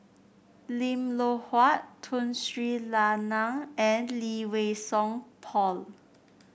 Lim Loh Huat Tun Sri Lanang and Lee Wei Song Paul